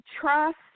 trust